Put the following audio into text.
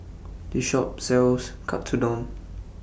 This Shop sells Katsudon